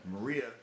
Maria